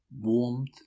warmth